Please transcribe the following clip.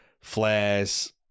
flares